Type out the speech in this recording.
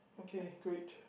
okay great